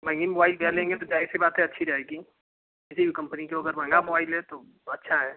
महेंगी mobile भैया लेंगे तो जाहिर सी बात है अच्छी रहेगी किसी भी कम्पनी की हो अगर महंगा मुवाइल है तो अच्छा है